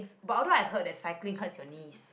but although I heard that cycling hurts your knee